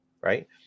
right